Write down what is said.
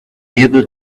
able